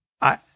I-